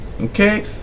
okay